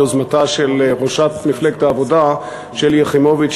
ביוזמתה של ראשת מפלגת העבודה שלי יחימוביץ,